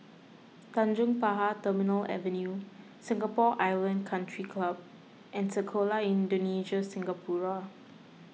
Tanjong Pagar Terminal Avenue Singapore Island Country Club and Sekolah Indonesia Singapura